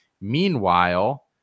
Meanwhile